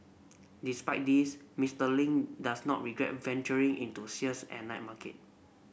despite this Mister Ling does not regret venturing into sales at night market